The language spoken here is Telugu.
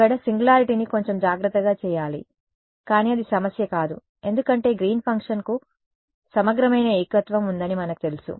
అక్కడ నేను సింగులారిటీని కొంచెం జాగ్రత్తగా చేయాలి కానీ అది సమస్య కాదు ఎందుకంటే గ్రీన్ ఫంక్షన్కు సమగ్రమైన ఏకత్వం ఉందని మనకు తెలుసు